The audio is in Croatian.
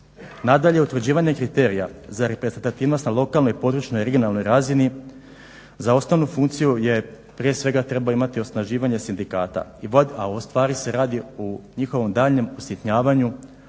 Nadalje, utvrđivanje kriterija za reprezentativnost na lokalnoj i područnoj (regionalnoj) razini za osnovnu funkciju je prije svega treba imati osnaživanje sindikata, a ustvari se radi o njihovom daljnjem usitnjavanju